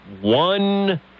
one